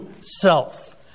self